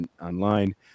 online